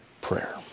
prayer